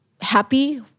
happy